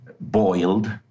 boiled